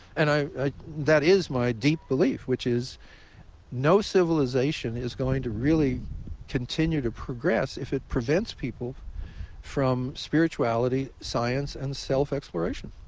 and that is my deep belief, which is no civilization is going to really continue to progress if it prevents people from spirituality, science, and self-exploration.